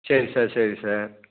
சரி சார் சரி சார்